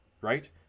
right